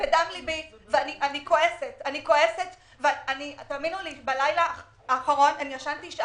מדם לבי ואני כועסת ואני לא ישנה בלילה כי זה